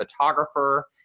photographer